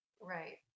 right